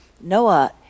Noah